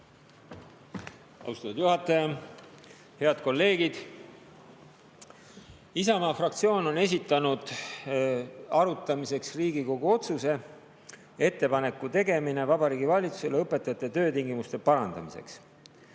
Austatud juhataja! Head kolleegid! Isamaa fraktsioon on esitanud arutamiseks Riigikogu otsuse "Ettepaneku tegemine Vabariigi Valitsusele õpetajate töötingimuste parandamiseks"